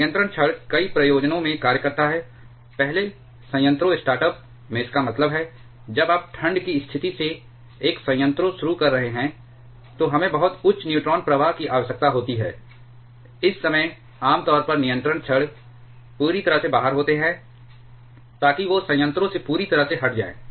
नियंत्रण छड़ कई प्रयोजनों में कार्य करता है पहले संयंत्रों स्टार्टअप में इसका मतलब है जब आप ठंड की स्थिति से एक संयंत्रों शुरू कर रहे हैं तो हमें बहुत उच्च न्यूट्रॉन प्रवाह की आवश्यकता होती है इस समय आमतौर पर नियंत्रण छड़ पूरी तरह से बाहर होते हैं ताकि वे संयंत्रों से पूरी तरह से हट जाएं